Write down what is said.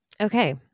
Okay